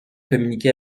communiquer